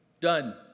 Done